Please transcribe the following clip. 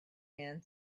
man